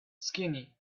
skinny